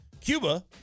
Cuba